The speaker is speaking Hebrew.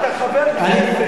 אתה חבר כנסת.